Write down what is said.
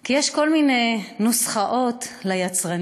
כי יש כל מיני נוסחאות ליצרנים,